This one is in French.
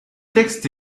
texte